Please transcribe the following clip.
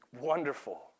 wonderful